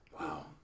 Wow